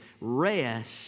rest